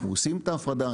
אנחנו עושים את ההפרדה.